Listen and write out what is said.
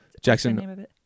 jackson